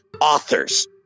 authors